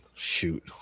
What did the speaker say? Shoot